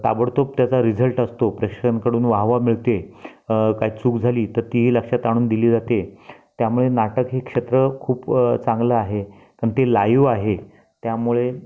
ताबडतोब त्याचा रिझल्ट असतो प्रेक्षकांकडून वाहवा मिळते काही चूक झाली तर तीही लक्षात आणून दिली जाते त्यामुळे नाटक हे क्षेत्र खूप चांगल आहे पण ते लाइव्ह आहे त्यामुळे